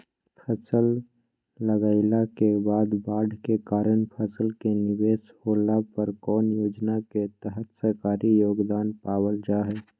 फसल लगाईला के बाद बाढ़ के कारण फसल के निवेस होला पर कौन योजना के तहत सरकारी योगदान पाबल जा हय?